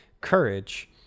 courage